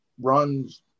Runs